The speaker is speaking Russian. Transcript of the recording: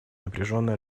напряженная